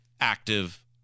active